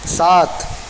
ساتھ